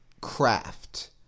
craft